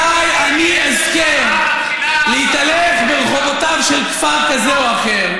מתי אני אזכה להתהלך ברחובותיו של כפר כזה או אחר,